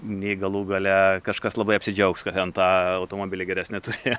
nei galų gale kažkas labai apsidžiaugs kad ten tą automobilį geresnį turi